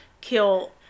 kill